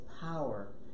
power